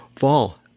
fall